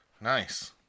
Nice